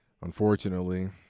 unfortunately